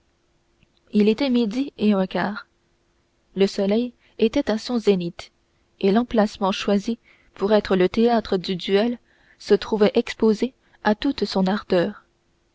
il était midi et un quart le soleil était à son zénith et l'emplacement choisi pour être le théâtre du duel se trouvait exposé à toute son ardeur